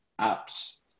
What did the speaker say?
apps